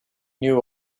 knew